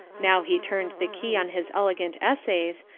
now he turned the key on his elegant essays,